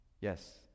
Yes